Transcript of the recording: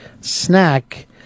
snack